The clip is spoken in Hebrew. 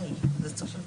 זה צריך להיות